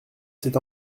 c’est